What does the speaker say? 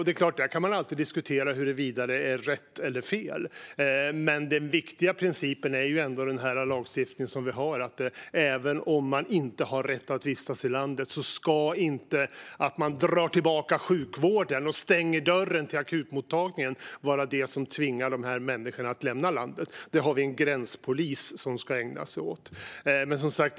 Det är klart att man alltid kan diskutera huruvida det är rätt eller fel, men den viktiga principen är ändå den lagstiftning som vi har och som innebär att även om man inte har rätt att vistas i landet ska inte sjukvården dras tillbaka och dörren till akutmottagningen stängas för att de här människorna därför ska tvingas lämna landet. Vi har en gränspolis som ska ägna sig åt det.